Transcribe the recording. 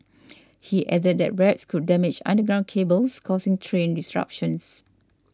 he added that rats could damage underground cables causing train disruptions